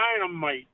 dynamite